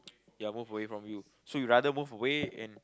ya move away from you so you rather move away and